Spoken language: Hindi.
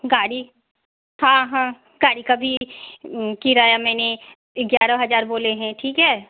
गाड़ी हाँ हाँ गाड़ी का भी किराया मैंने ग्यारह हजार बोले हैं ठीक है